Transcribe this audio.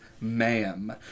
ma'am